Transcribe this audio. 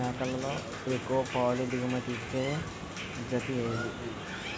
మేకలలో ఎక్కువ పాల దిగుమతి ఇచ్చే జతి ఏది?